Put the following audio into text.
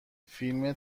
فیلم